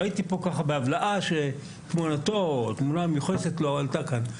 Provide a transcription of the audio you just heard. ראיתי, בהבלעה, שתמונה המיוחסת לו עלתה כאן.